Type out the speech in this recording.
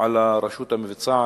על הרשות המבצעת,